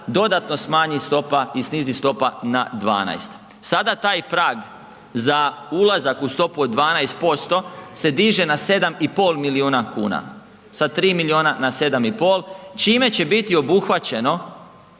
dodatno smanji stopa i snizi stopa na 12. Sada taj prag za ulazak u stopu od 12% se diže na 7,5 milijuna kuna, sa 3 milijuna na 7,5 čime će biti obuhvaćeno